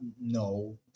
no